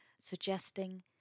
suggesting